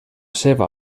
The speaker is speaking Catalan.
seva